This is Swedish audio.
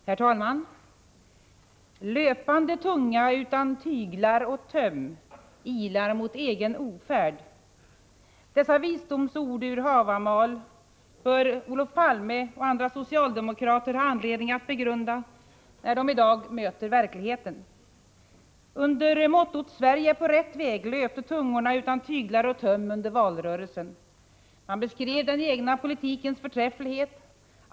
Herr talman! ”Löpande tunga utan tyglar och töm ilar mot egen ofärd” — dessa visdomsord ur Havamal bör Olof Palme och andra socialdemokrater ha anledning att begrunda när de i dag möter verkligheten. Under mottot ”Sverige är på rätt väg” löpte tungorna utan tyglar och töm under valrörelsen. Man beskrev den egna politikens förträfflighet.